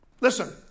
Listen